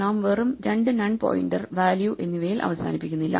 നാം വെറും രണ്ട് നൺ പോയിന്റർ വാല്യൂ എന്നിവയിൽ അവസാനിപ്പിക്കുന്നില്ല